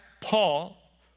Paul